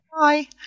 Bye